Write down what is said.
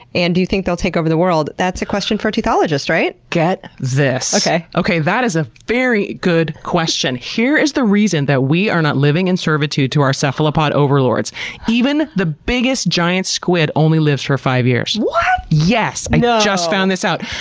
and do you think they'll take over the world? that's a question for a teuthologist, right? get this! okay, that is a very good question. here is the reason that we are not living in servitude to our cephalopod overlords even the biggest, giant squid only lives for five years. what? yes! i just found this out.